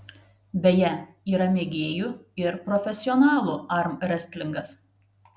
beje yra mėgėjų ir profesionalų armrestlingas